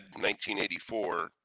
1984